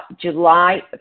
July